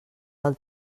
del